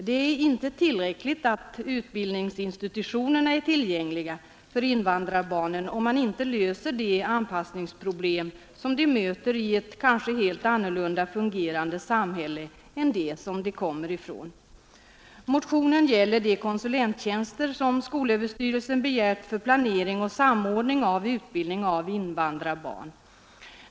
Det är inte tillräckligt att utbildningsinstitutionerna är tillgängliga för invandrarbarnen, om man inte löser de anpassningsproblem som de möter i ett kanske helt annorlunda fungerande samhälle än det som de kommer ifrån. Motionen gäller de konsulenttjänster som skolöverstyrelsen begärt för planering och samordning av utbildning av invandrarbarn.